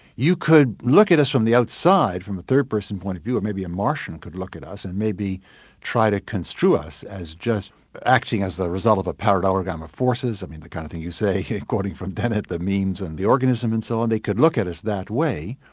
you could look at us from the outside from the third person point of view, or maybe a martian could look at us and maybe try to construe us as just acting as the result of a parallelogram of forces, i mean the kind of thing you say, according from dennett the means and the organism and so on, they could look at us that way,